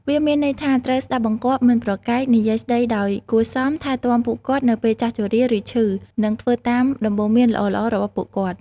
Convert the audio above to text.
វាមានន័យថាត្រូវ ស្តាប់បង្គាប់ មិនប្រកែក និយាយស្ដីដោយគួរសម ថែទាំពួកគាត់នៅពេលចាស់ជរា ឬឈឺ និងធ្វើតាមដំបូន្មានល្អៗរបស់ពួកគាត់។